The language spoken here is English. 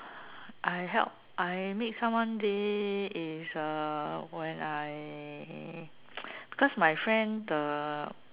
I help I make someone day is uh when I because my friend the